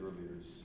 leaders